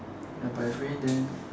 ya but if rain then